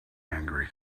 angry